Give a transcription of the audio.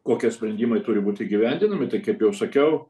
kokie sprendimai turi būt įgyvendinami tai kaip jau sakiau